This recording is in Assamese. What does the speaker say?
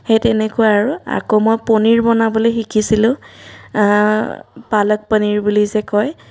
সেই তেনেকুৱা আৰু আকৌ মই পনীৰ বনাবলৈ শিকিছিলোঁ পালক পনীৰ বুলি যে কয়